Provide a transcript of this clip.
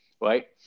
right